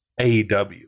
AEW